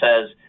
says